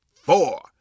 four